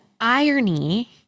irony